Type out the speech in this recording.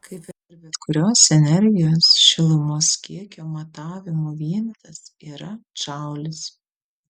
kaip ir bet kurios energijos šilumos kiekio matavimo vienetas yra džaulis